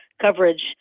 coverage